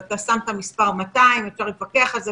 אתה דיברת על 200. אפשר להתווכח על זה,